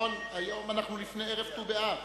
היום אנחנו לפני ערב ט"ו באב.